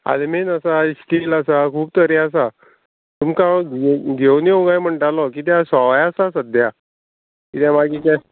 आलमीन आसा स्टील आसा खूब तरी आसा तुमकां हांव घेवन येवं काय म्हणटालो कित्याक सवाय आसा सद्द्यां किद्या मागी तें